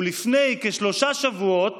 ולפני כשלושה שבועות